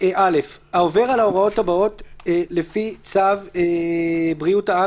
עבירות פליליות 1. (א)העובר על ההוראות הבאות לפי צו בריאות העם